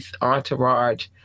entourage